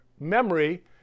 memory